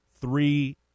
three